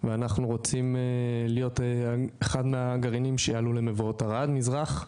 ואחנו רוצים להיות אחד מהגרעינים שיעלו למבואות ערד מזרח.